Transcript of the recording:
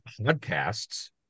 podcasts